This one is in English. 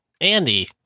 Andy